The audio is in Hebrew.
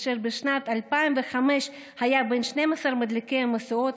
אשר בשנת 2005 היה בין 12 מדליקי משואות